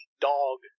dog